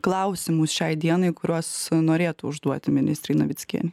klausimus šiai dienai kuriuos norėtų užduoti ministrei navickienei